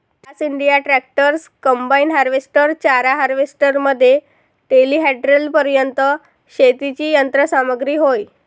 class India tractors, combine harvester, चारा harvester मध्ये टेलीहँडलरपर्यंत शेतीची यंत्र सामग्री होय